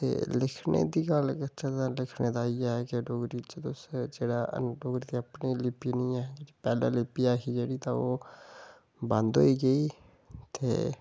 ते लिखने दी गल्ल करचै तां लिखने दा इ'यै की डोगरी च तुस जेह्ड़ा कि डोगरी दी अपनी लिपि निं ऐ पैह्लें लिपि ऐही जेह्ड़ी तां ओह् बंद होई गेई ते